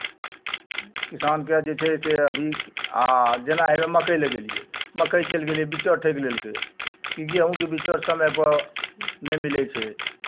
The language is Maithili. किसानके जे छै से अभी आ जेना हउएह मक्कइ लगेलियै मक्कइ चलि गेलै बिच्चर ठकि लेलकै कि गेहूँके बिच्चर समयपर नहि मिलै छै